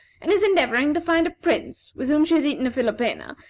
and is endeavoring to find a prince, with whom she has eaten a philopena,